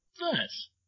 Nice